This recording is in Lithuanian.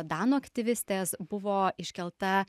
danų aktyvistės buvo iškelta